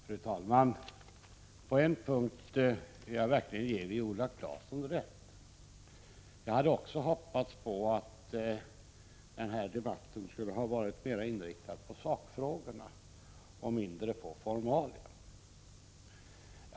Fru talman! På en punkt vill jag verkligen ge Viola Claesson rätt. Jag hade också hoppats på att den här debatten skulle vara mera inriktad på sakfrågorna och mindre på formalia.